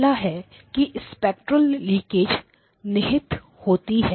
पहला है कि स्पेक्ट्रेल लीकेज निहित होती है